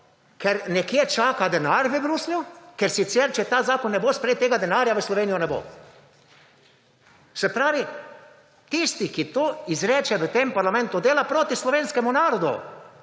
ker nekje čaka denar v Bruslju, ker sicer če ta zakon ne bo sprejet, tega denarja v Slovenijo ne bo. Se pravi, tisti ki to izreče v tem parlamentu, dela proti slovenskemu narodu,